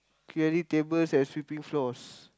clearing tables and sweeping floors